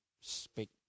speak